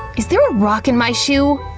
is there a rock in my shoe?